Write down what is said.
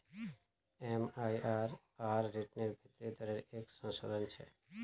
MIRR रिटर्नेर भीतरी दरेर एक संशोधन छे